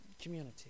community